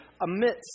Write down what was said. amidst